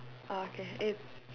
okay eh